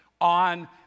on